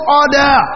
order